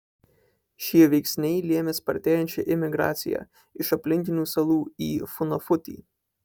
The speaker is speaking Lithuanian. šie veiksniai lėmė spartėjančią imigraciją iš aplinkinių salų į funafutį